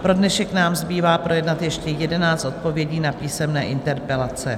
Pro dnešek nám zbývá projednat ještě 11 odpovědí na písemné interpelace.